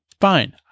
Fine